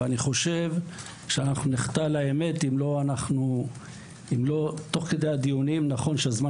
ואני חושב שאנחנו נחטא לאמת אם לא תוך כדי הדיונים נכון שהזמן